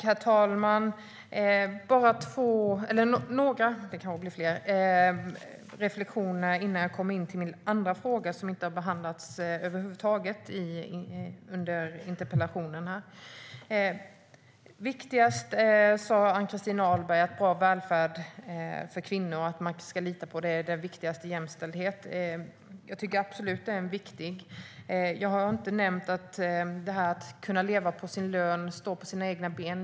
Herr talman! Jag har några reflektioner innan jag kommer in på min andra fråga, som inte har behandlats över huvud taget under interpellationsdebatten. Ann-Christin Ahlberg talade om bra välfärd för kvinnor att lita på och att det är viktigare för jämställdhet. Jag tycker absolut att det är viktigt. Jag har inte nämnt detta att kunna leva på sin lön och stå på sina egna ben.